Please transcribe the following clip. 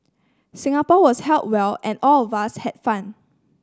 Singapore was held well and all of us had fun